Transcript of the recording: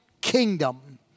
Kingdom